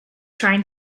trying